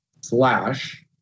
slash